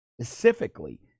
specifically